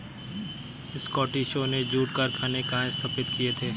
स्कॉटिशों ने जूट कारखाने कहाँ स्थापित किए थे?